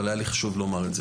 אבל היה לי חשוב לומר את זה.